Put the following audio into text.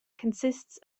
consists